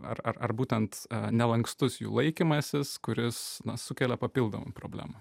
ar ar ar būtent nelankstus jų laikymasis kuris sukelia papildomų problemų